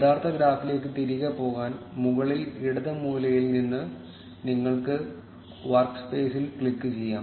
യഥാർത്ഥ ഗ്രാഫിലേക്ക് തിരികെ പോകാൻ മുകളിൽ ഇടത് മൂലയിൽ നിന്ന് നിങ്ങൾക്ക് വർക്സ്പേസിൽ ക്ലിക്കുചെയ്യാം